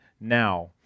Now